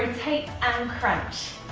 rotate and um crunch.